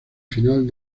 final